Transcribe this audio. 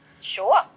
Sure